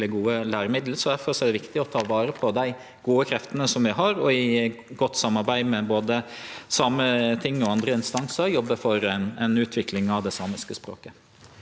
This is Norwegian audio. gode læremiddel. Difor er det viktig å ta vare på dei gode kreftene vi har, og i godt samarbeid med både Sametinget og andre instansar jobbe for ei utvikling av det samiske språket.